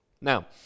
Now